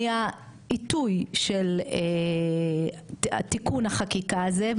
מהעיתוי של תיקון החקיקה הזה,